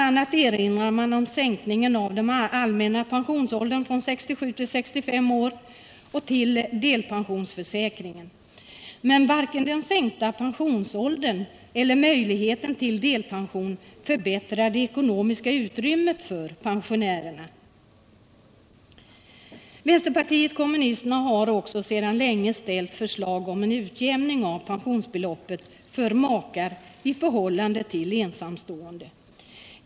a. erinrar man om sänkningen av den allmänna pensionsåldern från 67 till 65 år och till delpensionsförsäkringen. Men varken den sänkta pensionsåldern eller möjligheten till delpension förbättrar det ekonomiska utrymmet för pensionärerna. Vänsterpartiet kommunisterna har sedan länge också ställt förslag om en utjämning av pensionsbeloppet för makar i förhållande till beloppet för ensamstående.